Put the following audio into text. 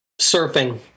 surfing